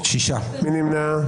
מי נמנע?